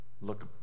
look